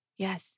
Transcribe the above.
Yes